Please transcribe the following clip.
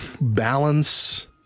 balance